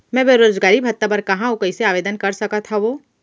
मैं बेरोजगारी भत्ता बर कहाँ अऊ कइसे आवेदन कर सकत हओं?